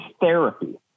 therapy